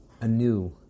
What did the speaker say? anew